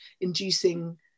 inducing